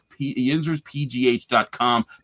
Yinzerspgh.com